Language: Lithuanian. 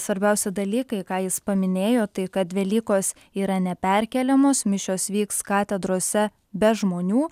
svarbiausi dalykai ką jis paminėjo tai kad velykos yra neperkeliamos mišios vyks katedrose be žmonių